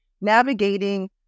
navigating